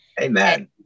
amen